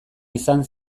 izan